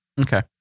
okay